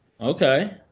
Okay